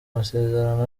amasezerano